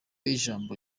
y’ijambo